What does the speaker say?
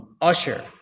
Usher